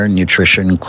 nutrition